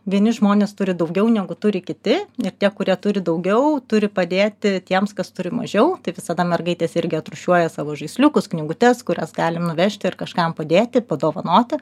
vieni žmonės turi daugiau negu turi kiti ir tie kurie turi daugiau turi padėti tiems kas turi mažiau tai visada mergaitės irgi atrūšiuoja savo žaisliukus knygutes kurias galim nuvežti ir kažkam padėti padovanoti